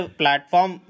platform